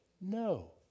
no